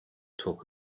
talk